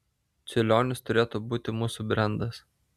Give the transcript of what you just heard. čiurlionis turėtų būti mūsų brendas